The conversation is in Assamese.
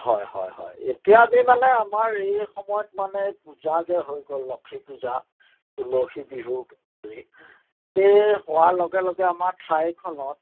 হয় হয় হয় এতিয়া আমি মানে আমাৰ এই সময়ত মানে পূজা যে হৈ গ'ল লক্ষী পূজা তুলসী বিহু আদি সেই হোৱা লগে লগে আমাৰ ঠাইখনত